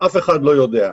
אף אחד לא יודע.